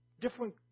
different